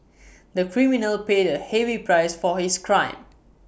the criminal paid A heavy prices for his crime